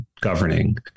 governing